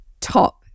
top